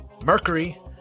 Mercury